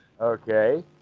Okay